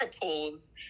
propose